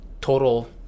Total